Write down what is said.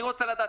אני רוצה לדעת.